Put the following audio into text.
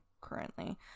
currently